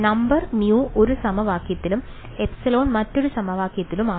number μ ഒരു സമവാക്യത്തിലും ε മറ്റൊരു സമവാക്യത്തിലുമാണ്